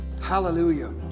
hallelujah